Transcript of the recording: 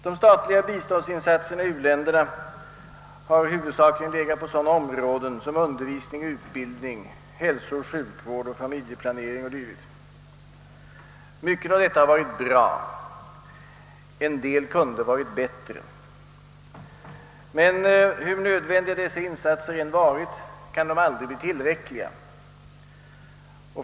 De statliga biståndsinsatserna i u-länderna har huvudsakligen legat på sådana områden som undervisning och utbildning, hälsooch sjukvård, familjeplanering och dylikt. Mycket av detta har varit bra, en del kunde ha varit bättre. Men hur nödvändiga än dessa insatser varit kan de aldrig bli tillräckliga.